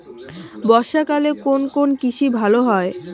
বর্ষা কালে কোন কোন কৃষি ভালো হয়?